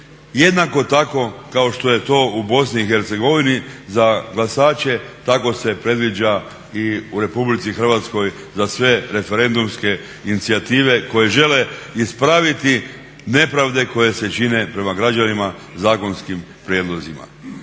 Jednako tako kao što je to u BiH za glasače tako se predviđa i u RH za sve referendumske inicijative koje žele ispraviti nepravde koje se čine prema građanima zakonskim prijedlozima.